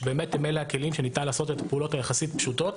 שבאמת אלה הם הכלים שניתן לעשות איתם את הפעולות היחסית פשוטות,